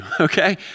okay